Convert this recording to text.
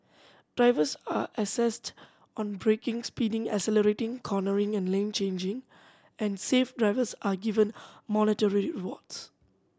drivers are assessed on braking speeding accelerating cornering and lane changing and safe drivers are given monetary rewards